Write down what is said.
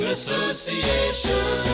Association